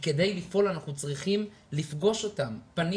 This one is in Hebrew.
כדי לפעול אנחנו צריכים לפגוש אותם פנים